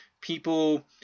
people